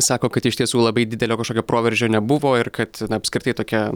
sako kad iš tiesų labai didelio kažkokio proveržio nebuvo ir kad na apskritai tokia